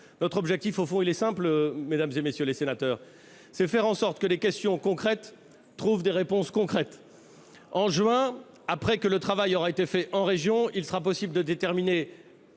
Notre objectif est simple, mesdames, messieurs les sénateurs : faire en sorte que les questions concrètes trouvent des réponses concrètes. En juin, une fois le travail fait en région, il sera possible de déterminer